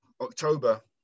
October